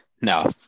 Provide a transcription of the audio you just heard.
No